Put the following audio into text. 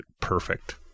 perfect